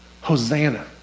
Hosanna